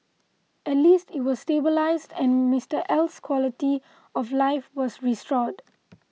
at least it was stabilised and Mister L's quality of life was restored